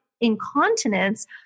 incontinence